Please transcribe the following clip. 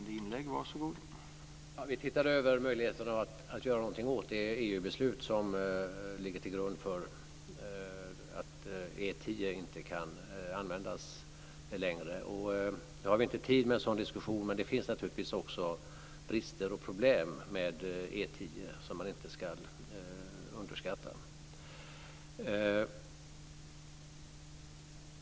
Herr talman! Vi ser över möjligheterna att göra något åt det EU-beslut som ligger till grund för att E 10 inte kan användas längre. Nu har vi inte tid med en sådan diskussion, men det finns naturligtvis också brister och problem med E 10 som man inte ska underskatta.